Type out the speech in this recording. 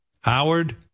Howard